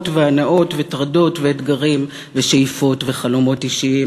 והנאות וטרדות ואתגרים ושאיפות וחלומות אישיים,